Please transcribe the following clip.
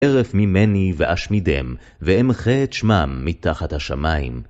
הרף ממני ואשמידם ואמחה את־שמם מתחת השמים.